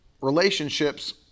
relationships